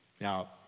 Now